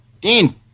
Dean